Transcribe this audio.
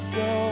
go